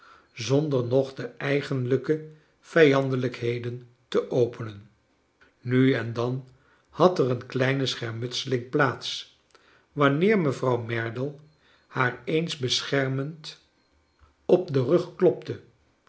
zonder nog de eigenlijke vrjandelijkheden te openen nu en dan had er een kleine schermutseling plaats wanneer mevrouw merdle haar eens beschermend op den rug klopte